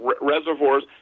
reservoirs